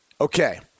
Okay